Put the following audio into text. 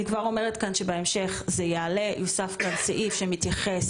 אני כבר אומרת כאן שבהמשך יוסף כאן סעיף שמתייחס